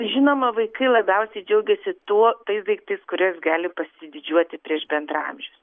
žinoma vaikai labiausiai džiaugiasi tuo tais daiktais kuriais gali pasididžiuoti prieš bendraamžius